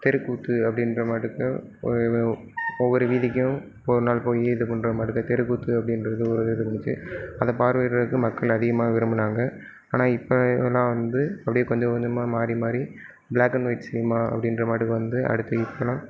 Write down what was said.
தெருக்கூத்து அப்படின்ற மாட்டுக்கு ஒவ்வொரு வீதிக்கும் ஒரு நாள் போய் இது பண்ணுற மாதிரிதான் தெருக்கூத்து அப்படின்றது ஒரு இது இருந்துச்சு அதை பார்வையிடுறதுக்கு மக்கள் அதிகமாக விரும்பினாங்க ஆனால் இப்போ இதெல்லாம் வந்து அப்படியே கொஞ்சம் கொஞ்சமாக மாறி மாறி பிளாக் அண்ட் ஒயிட் சினிமா அப்படின்ற மாட்டுக்கு வந்து அடுத்து இப்பெலாம்